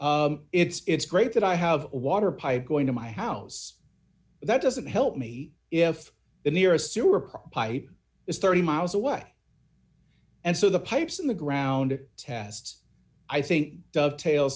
it's great that i have a water pipe going to my house that doesn't help me if the nearest sewer pipe is thirty miles away and so the pipes in the ground tests i think dovetail